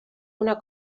una